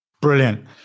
Brilliant